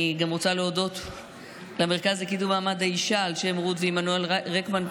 אני גם רוצה להודות למרכז לקידום מעמד האישה על שם רות ועמנואל רקמן,